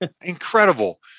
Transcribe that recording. Incredible